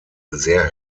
sehr